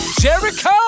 Jericho